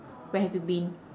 where have you been